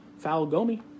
Falgomi